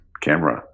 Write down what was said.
camera